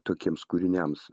tokiems kūriniams